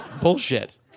Bullshit